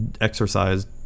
exercise